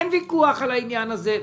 אין ויכוח על העניין הזה.